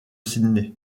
sydney